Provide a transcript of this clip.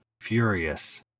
furious